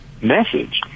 message